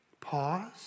pause